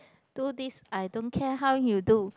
do this I don't care how you do